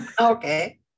Okay